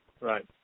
Right